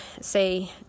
say